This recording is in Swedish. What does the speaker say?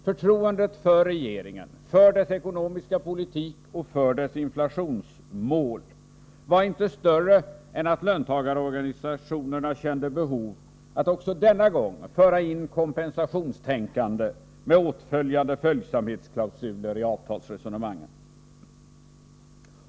Förtroendet för regeringen, för dess ekonomiska politik och för dess inflationsmål var inte större än att löntagarorganisationerna kände behov av att också denna gång föra in kompensationstänkande med åtföljande följsamhetsklausuler i avtalsresonemangen.